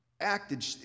acted